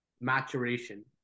maturation